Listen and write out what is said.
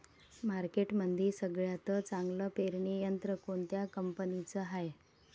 मार्केटमंदी सगळ्यात चांगलं पेरणी यंत्र कोनत्या कंपनीचं हाये?